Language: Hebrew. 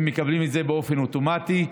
הם מקבלים את זה באופן אוטומטי.